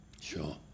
Sure